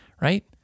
right